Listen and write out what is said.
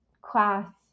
class